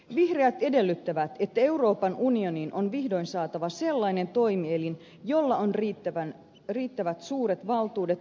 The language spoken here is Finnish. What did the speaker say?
vihreät edellyttävät että euroopan unioniin on vihdoin saatava sellainen toimielin jolla on riittävän suuret valtuudet rahoitusmarkkinoiden valvontaan